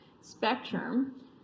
spectrum